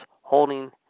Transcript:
holding